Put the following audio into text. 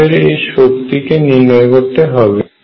আমাদের এই এর শক্তিকে নির্ণয় করতে হবে